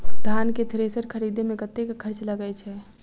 धान केँ थ्रेसर खरीदे मे कतेक खर्च लगय छैय?